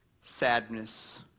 sadness